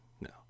No